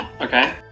Okay